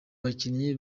bakinnyi